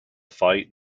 fight